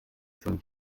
zum